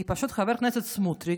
כי פשוט חבר הכנסת סמוטריץ'